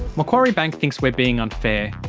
macquarie bank thinks we're being unfair.